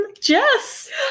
Jess